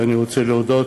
ואני רוצה להודות